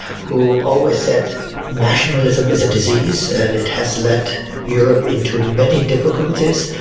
who always said nationalism is a disease and it has led europe into many difficulties,